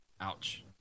ouch